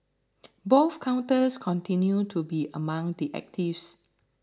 both counters continued to be among the actives